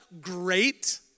great